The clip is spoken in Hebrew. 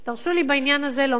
תרשו לי בעניין הזה לומר: